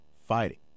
fighting